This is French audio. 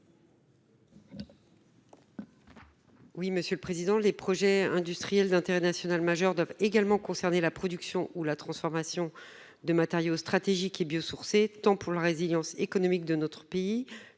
Oui, monsieur le président. Les projets industriels d'intérêt national majeur devait également concerner la production ou la transformation de matériaux stratégiques et bio-sourcés, tant pour la résilience économique de notre pays